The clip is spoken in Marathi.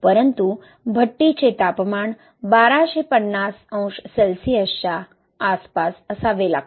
परंतु भट्टीचे तापमान 1250 अंश सेल्सिअसच्या आसपास असावे लागते